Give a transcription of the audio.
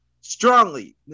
strongly